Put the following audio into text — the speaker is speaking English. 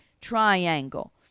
triangle